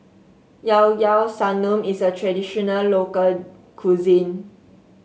Llao Llao Sanum is a traditional local cuisine